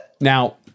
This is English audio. Now